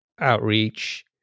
outreach